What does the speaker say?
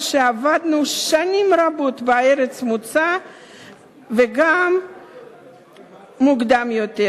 שעבדנו שנים רבות בארץ המוצא וגם מוקדם יותר,